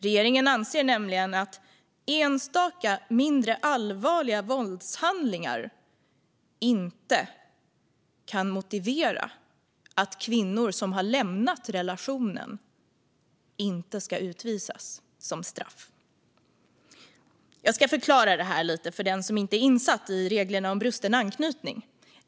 Regeringen anser nämligen att enstaka mindre allvarliga våldshandlingar inte kan motivera att kvinnor som har lämnat relationen inte ska utvisas som straff. Jag ska förklara det här lite grann för den som inte är insatt i reglerna om brusten anknytning.